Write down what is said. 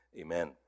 Amen